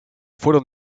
fueron